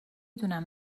دونم